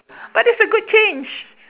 but it's a good change